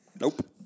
Nope